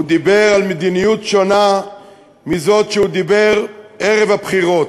הוא דיבר על מדיניות שונה מזאת שהוא דיבר עליה ערב הבחירות.